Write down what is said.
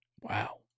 Wow